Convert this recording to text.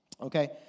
okay